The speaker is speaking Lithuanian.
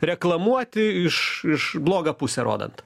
reklamuoti iš iš blogą pusę rodant